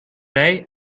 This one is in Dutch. rij